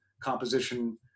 composition